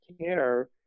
care